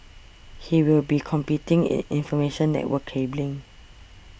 he will be competing in information network cabling